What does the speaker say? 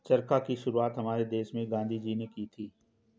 चरखा की शुरुआत हमारे देश में गांधी जी ने की थी